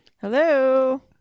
Hello